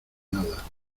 nada